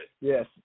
Yes